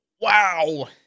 Wow